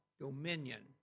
dominion